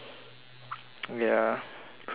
ya pretty amazing